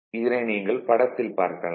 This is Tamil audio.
இதனை நீங்கள் படத்தில் பார்க்கலாம்